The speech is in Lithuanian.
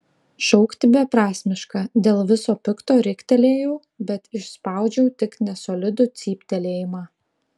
šaukti beprasmiška dėl viso pikto riktelėjau bet išspaudžiau tik nesolidų cyptelėjimą